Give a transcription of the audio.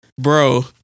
Bro